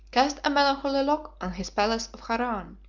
cast a melancholy look on his palace of haran,